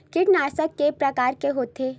कीटनाशक के प्रकार के होथे?